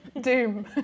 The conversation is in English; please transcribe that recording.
Doom